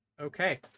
Okay